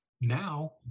Now